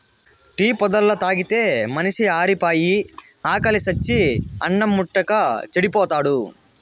tea పొద్దల్లా తాగితే మనిషి ఆరిపాయి, ఆకిలి సచ్చి అన్నిం ముట్టక చెడిపోతాడు